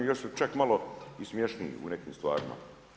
Još su čak malo i smješniji u nekim stvarima.